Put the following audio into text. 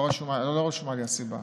לא רשומה לי הסיבה.